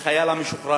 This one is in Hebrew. לתת הכול לחייל המשוחרר,